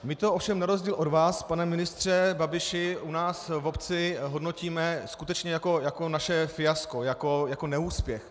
My to ovšem na rozdíl od vás, pane ministře Babiši, u nás v obci hodnotíme skutečně jako naše fiasko, jako neúspěch.